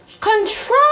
control